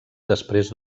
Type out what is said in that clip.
després